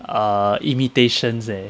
err imitations leh